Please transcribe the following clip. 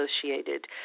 associated